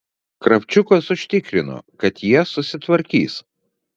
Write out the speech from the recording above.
kravčiukas užtikrino kad jie susitvarkys